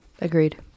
Agreed